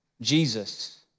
Jesus